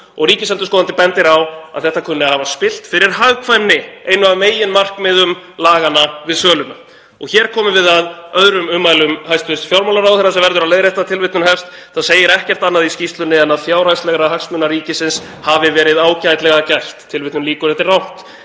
og ríkisendurskoðandi bendir á að þetta kunni að hafa spillt fyrir hagkvæmni, einu af meginmarkmiðum laganna við söluna. Hér komum við að öðrum ummælum hæstv. fjármálaráðherra sem verður að leiðrétta, með leyfi forseta: „… það segir ekkert annað í skýrslunni en að fjárhagslegra hagsmuna ríkisins hafi verið ágætlega gætt.“ Þetta er rangt.